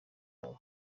babo